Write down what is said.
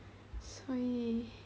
所以